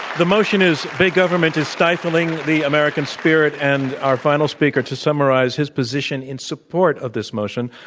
the motion is big government is stifling the american spirit. and our final speaker to summarize his position in support of this motion,